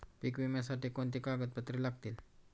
पीक विम्यासाठी कोणती कागदपत्रे लागतील?